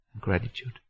gratitude